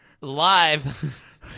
live